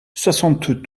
soixante